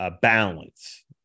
balance